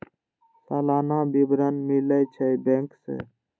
सलाना विवरण मिलै छै बैंक से?